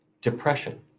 depression